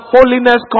Holiness